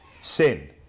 sin